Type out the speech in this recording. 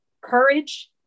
courage